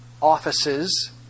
offices